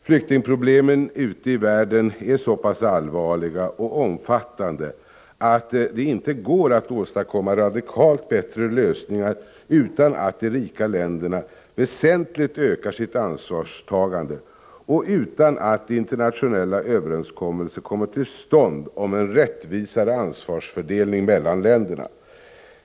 Flyktingproblemen ute i världen är så pass allvarliga och omfattande att det inte går att åstadkomma radikalt bättre lösningar utan att de rika länderna väsentligt ökar sitt ansvarstagande och utan att internationella överenskommelser kommer till stånd om en rättvisare ansvarsfördelning mellan länderna.